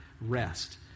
rest